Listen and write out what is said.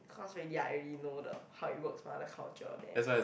cause already I already know the how it works but the culture there